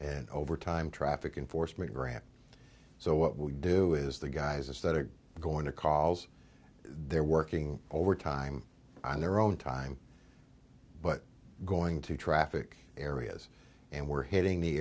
and over time traffic enforcement grant so what we do is the guys that are going to cause they're working overtime on their own time but going to traffic areas and we're hitting the